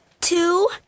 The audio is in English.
two